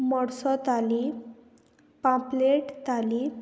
मोडसो ताली पापलेट ताली